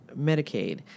Medicaid